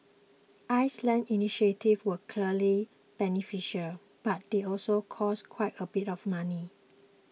Iceland's initiatives were clearly beneficial but they also cost quite a bit of money